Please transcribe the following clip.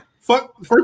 fuck